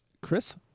Chris